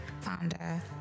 founder